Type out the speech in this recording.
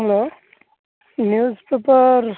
hello newspaper